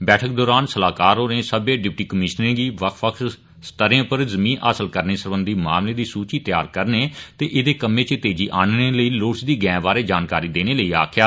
बैठक दौरान सलाहकार होरें सब्बै डिप्टी कमीश्नरें गी बक्ख बक्ख स्तरें पर जमीं हासल करने सरबंधी मामलें दी सूचि तैयार करने ते एहदे कम्मै इच तेजी आनने लेई लोड़चदी गैंह बारै जानकारी देने लेई आक्खेया